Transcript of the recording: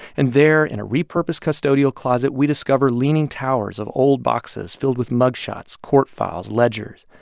and there, in a repurposed custodial closet, we discover leaning towers of old boxes filled with mug shots, court files, ledgers.